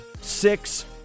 six